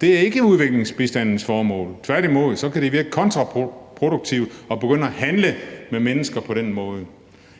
Det er ikke udviklingsbistandens formål, tværtimod kan det virke kontraproduktivt at begynde at handle med mennesker på den måde.